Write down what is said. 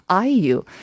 IU